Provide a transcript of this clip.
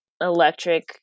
electric